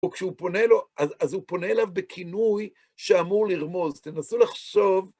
וכשהוא פונה לו, אז הוא פונה אליו בכינוי שאמור לרמוז, אז תנסו לחשוב...